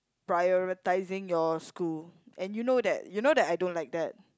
prioritizing your school and you know that you know that I don't like that